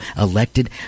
elected